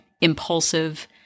impulsive